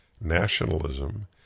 nationalism